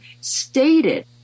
stated